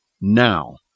now